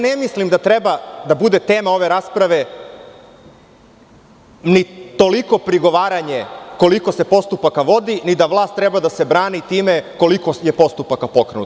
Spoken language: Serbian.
Ne mislim da treba da bude tema ove rasprave toliko prigovaranje koliko se postupaka vodi, ni da vlast treba da se brani time koliko je postupaka pokrenuto.